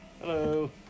Hello